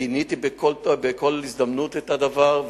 גיניתי בכל הזדמנות את הדבר,